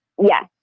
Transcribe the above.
Yes